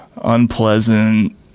unpleasant